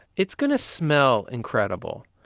it's going to smell incredible.